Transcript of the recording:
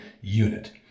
unit